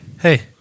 hey